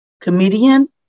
comedian